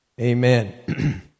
Amen